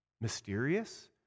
mysterious